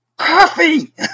coffee